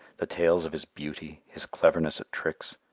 the tales of his beauty, his cleverness at tricks,